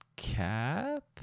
Cap